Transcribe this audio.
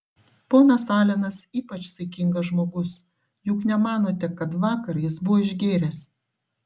ponas alenas ypač saikingas žmogus juk nemanote kad vakar jis buvo išgėręs